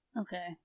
Okay